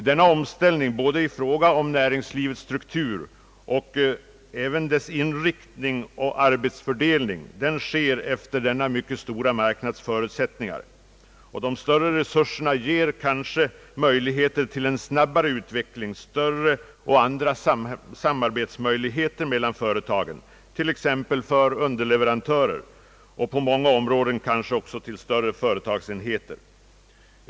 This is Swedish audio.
Denna omställning både i fråga om näringslivets struktur, dess inriktning och arbetsfördelning sker efter denna stora marknads förutsättningar. De större resurserna ger kanske möjligheter till snabbare utveckling, större och andra samarbetsmöjligheter mellan företagen, t.ex. för underleverantörer, och på många områden kanske också till större företagsenheter.